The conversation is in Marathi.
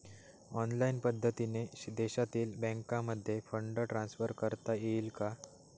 ऑनलाईन पद्धतीने देशातील बँकांमध्ये फंड ट्रान्सफर करता येईल का?